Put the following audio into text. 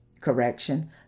correction